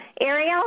Ariel